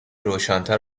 روشنتر